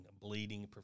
bleeding